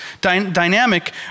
dynamic